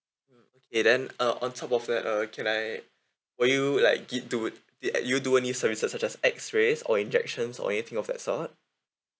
okay then uh on top of that uh can I were you like get do it uh you do any services such as X-rays or injections or anything of that sort